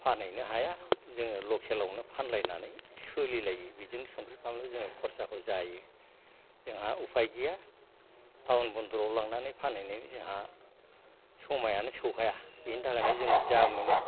फानहैनो हाया जोङो लकेलावनो फानलायनानै सोलिलायो बिदिनो संख्रि बानलु जोङो खरसाखौ जायो जोंहा उफाय गैया टावन बन्दराव लांनानै फानैनायनि जोंहा समायानो सौहाया बेनि थाखायनो जोङो जा मोनो